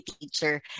teacher